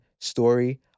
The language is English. story